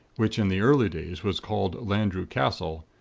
which in the early days was called landru castle,